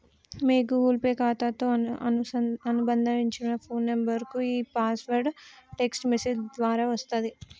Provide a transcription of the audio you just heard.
మీ Google Pay ఖాతాతో అనుబంధించబడిన phone నంబర్కు ఈ పాస్వర్డ్ టెక్ట్స్ మెసేజ్ ద్వారా వస్తది